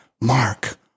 Mark